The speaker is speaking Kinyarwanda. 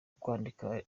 kwandika